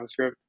JavaScript